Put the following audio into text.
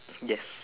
yes